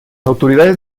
autoridades